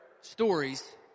stories